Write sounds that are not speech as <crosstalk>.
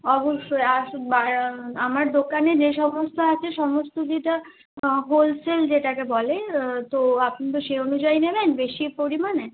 অবশ্যই আসুক <unintelligible> আমার দোকানে যে সমস্ত আছে সমস্ত যেটা হোলসেল যেটাকে বলে তো আপনি তো সেই অনুযায়ী নেবেন বেশি পরিমাণে